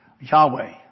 Yahweh